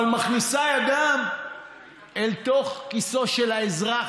אבל מכניסה ידה אל תוך כיסו של האזרח